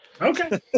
Okay